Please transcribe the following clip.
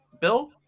bill